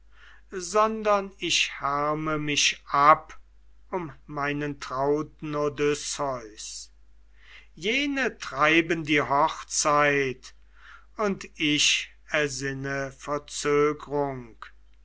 sondern ich härme mich ab um meinen trauten odysseus jene treiben die hochzeit und ich ersinne verzögrung